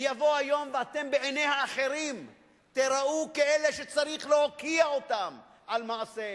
ויבוא היום ואתם בעיני האחרים תיראו כאלה שצריך להוקיע אותם על מעשיהם,